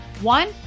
One